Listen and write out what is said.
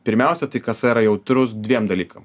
pirmiausia tai kasa yra jautrus dviem dalykam